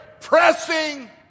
Pressing